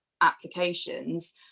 applications